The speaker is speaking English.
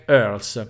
Earls